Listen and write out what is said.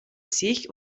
sich